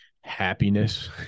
happiness